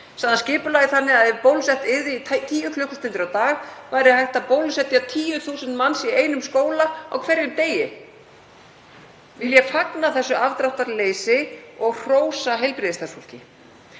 hann skipulagið þannig að ef bólusett yrði í tíu klukkustundir á dag væri hægt að bólusetja 10.000 manns í einum skóla á hverjum degi. Ég vil fagna þessu afdráttarleysi og hrósa heilbrigðisstarfsfólki.